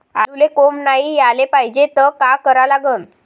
आलूले कोंब नाई याले पायजे त का करा लागन?